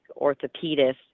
orthopedist